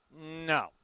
No